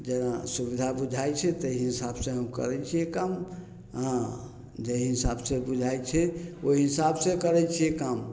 जेना सुविधा बुझाइ छै तै हिसाबसँ हम करय छियै काम हँ जै हिसाबसँ बुझाइ छै ओइ हिसाबसँ करय छियै काम